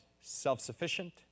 self-sufficient